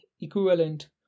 equivalent